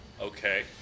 Okay